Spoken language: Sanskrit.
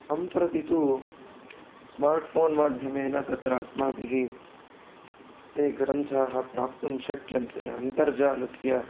सम्प्रति तु स्मार्ट् फ़ोन् माध्यमेन तत्र अस्माभिः ये ग्रन्थाः प्राप्तुं शक्यन्ते अन्तर्जालस्य